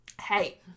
Hey